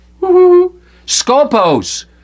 scopos